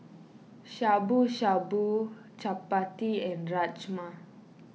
Shabu Shabu Chapati and Rajma